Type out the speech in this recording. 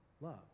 love